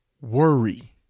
worry